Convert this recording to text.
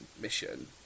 mission